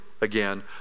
again